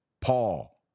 Paul